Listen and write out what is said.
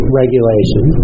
regulation